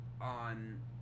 on